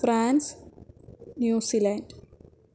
France New Zealand